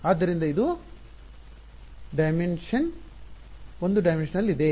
ಆದ್ದರಿಂದ ಇದು ಒಂದು ಆಯಾಮ ಡಾಯಿಮೆನ್ಸೆನ್ ದಲ್ಲಿದೆ